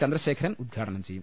ചന്ദ്രശേഖരൻ ഉദ്ഘാടനം ചെയ്യും